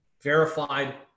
verified